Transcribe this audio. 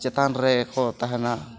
ᱪᱮᱛᱟᱱ ᱨᱮ ᱠᱚ ᱛᱟᱦᱮᱸᱱᱟ